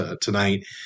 tonight